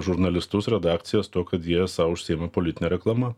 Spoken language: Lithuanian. žurnalistus redakcijas tuo kad jie esą užsiima politine reklama